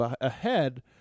ahead